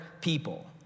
people